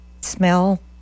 smell